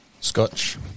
Scotch